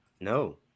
No